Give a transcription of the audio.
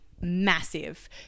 massive